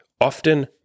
Often